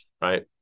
right